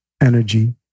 energy